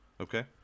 Okay